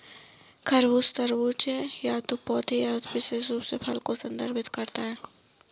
खरबूज, तरबूज या तो पौधे या विशेष रूप से फल को संदर्भित कर सकता है